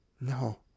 no